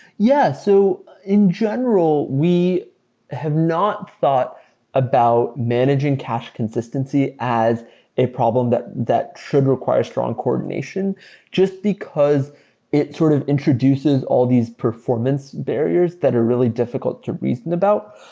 yeah so in general, we have not thought about managing cache consistency as a problem that that should require strong coordination just because it sort of introduces all these performance barriers that are really difficult to reason about.